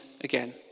again